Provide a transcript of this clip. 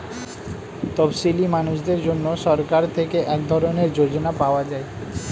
তপসীলি মানুষদের জন্য সরকার থেকে এক ধরনের যোজনা পাওয়া যায়